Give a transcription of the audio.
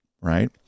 right